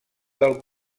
del